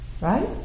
Right